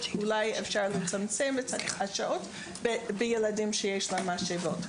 שאולי אפשר לצמצם את השעות לילדים שיש להם משאבות,